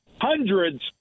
hundreds